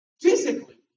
physically